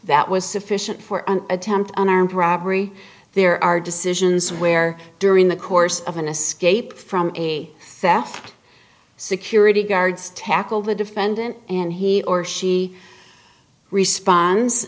that was sufficient for an attempt an armed robbery there are decisions where during the course of an escape from a theft security guards tackle the defendant and he or she respon